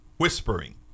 whispering